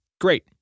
Great